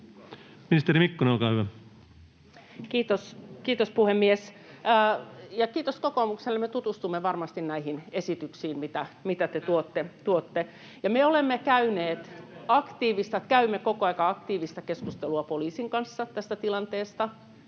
Ministeri Mikkonen, olkaa hyvä. Kiitos, puhemies! Ja kiitos kokoomukselle, me tutustumme varmasti näihin esityksiin, mitä te tuotte. Me olemme käyneet ja käymme koko ajan aktiivista keskustelua poliisin kanssa tästä tilanteesta.